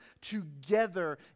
together